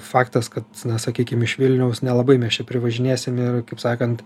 faktas kad na sakykim iš vilniaus nelabai mes čia privažinėsim ir kaip sakant